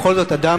בכל זאת, אדם